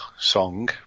song